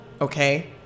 Okay